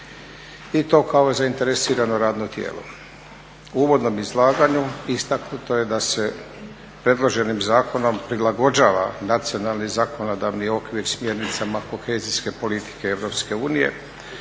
i to kao zainteresirano radno tijelo. U uvodnom izlaganju istaknuto je da se predloženim zakonom prilagođava nacionalni i zakonodavni okvir smjernicama kohezijske politike